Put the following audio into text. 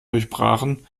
durchbrachen